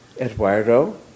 Eduardo